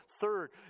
Third